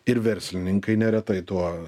ir verslininkai neretai tuo